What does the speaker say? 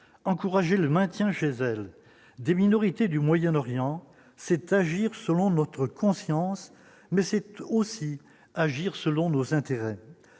encourager le maintien chez elle des minorités du Moyen-Orient, c'est agir selon notre conscience mais c'est aussi agir selon nos intérêts,